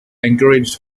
encouraged